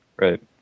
Right